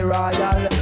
Royal